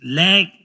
leg